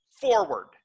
forward